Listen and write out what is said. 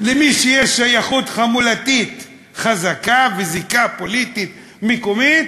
מי שיש לה שייכות חמולתית חזקה וזיקה פוליטית מקומית